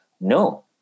No